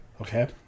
Okay